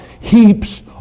heaps